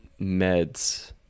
meds